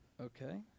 Okay